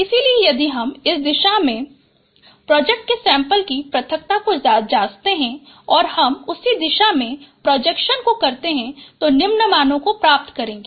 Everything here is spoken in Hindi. इसलिए यदि हम इस दिशा में प्रोजेक्ट के सैंपल की पृथक्कता को जांचते हैं और हम उसी दिशा में प्रोजेक्शन को करते हैं तो निम्न मानों को प्राप्त करेगें